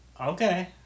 Okay